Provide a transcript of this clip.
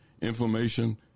information